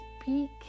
speak